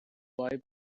boy